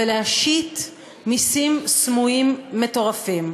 ולהשית מסים סמויים מטורפים.